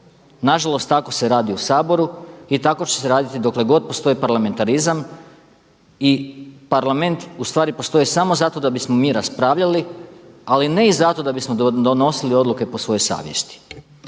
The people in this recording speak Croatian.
Nažalost, tako se radi u Saboru i tako će se raditi dok postoji parlamentarizam i Parlament postoji samo zato da bismo mi raspravljali, ali ne i zato da bismo donosili odluke po svojoj savjesti.